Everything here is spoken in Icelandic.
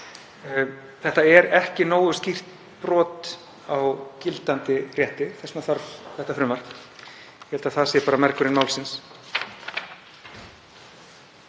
Þetta er ekki nógu skýrt brot á gildandi rétti. Þess vegna þarf þetta frumvarp. Ég held að það sé bara mergurinn málsins.